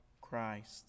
Christ